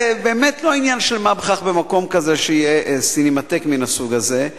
זה באמת לא עניין של מה בכך שבמקום כזה יהיה סינמטק מן הסוג הזה,